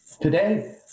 Today